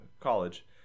college